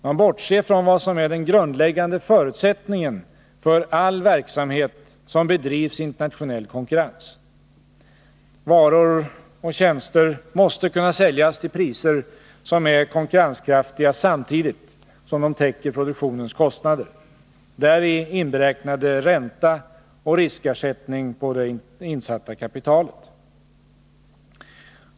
Man bortser från vad som är den grundläggande förutsättningen för all verksamhet som bedrivs i internationell konkurrens. Varor och tjänster måste kunna säljas till priser som är konkurrenskraftiga samtidigt som de täcker produktionens kostnader, däri inberäknade ränta och riskersättning på det insatta kapitalet.